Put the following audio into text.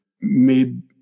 made